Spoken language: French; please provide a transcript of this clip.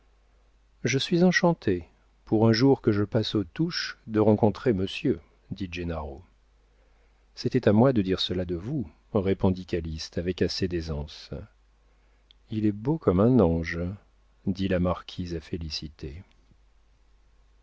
je suis enchanté pour un jour que je passe aux touches de rencontrer monsieur dit gennaro c'était à moi de dire cela de vous répondit calyste avec assez d'aisance il est beau comme un ange dit la marquise à félicité